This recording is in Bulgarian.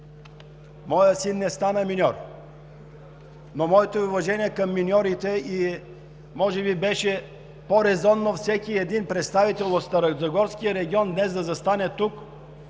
Моят син не стана миньор, но моето уважение към миньорите. Може би беше по-резонно всеки един представител от Старозагорския регион днес да застане тук